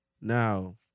Now